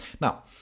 Now